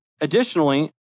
additionally